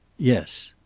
yes.